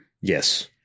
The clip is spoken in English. yes